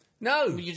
No